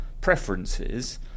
preferences